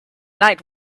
night